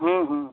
हम्म हम्म